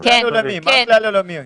--- כלל עולמי, מה הכלל העולמי?